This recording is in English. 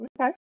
Okay